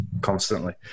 constantly